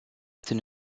tenu